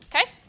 okay